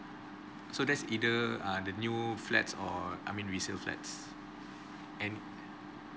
so that's either uh the new flats or I mean resale flats and